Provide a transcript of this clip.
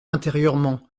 intérieurement